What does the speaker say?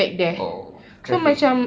oh traffic